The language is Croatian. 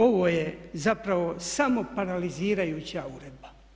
Ovo je zapravo samo paralizirajuća uredba.